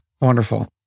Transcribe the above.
Wonderful